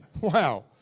Wow